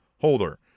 holder